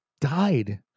died